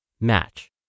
Match